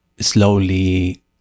Slowly